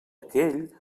aquell